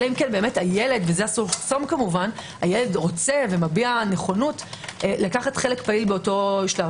אלא אם כן הילד מביע נכונות לקחת חלק פעיל באותו שלב.